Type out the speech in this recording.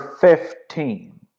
fifteen